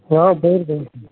ஆ சரி சரிங்க சார்